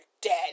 dead